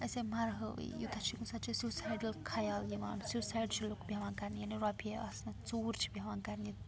أسے مرہاوٕے یوٗتاہ یوٗتاہ چھُ اِنسان چھُ سیوٗسایڈٕل خَیال یِوان سیوسایڈ چھِ لُکھ بیٚہوان کَرنہِ ییٚلہِ نہٕ رۄپے آسنکھ ژوٗر چھِ بیٚہوان کَرنہِ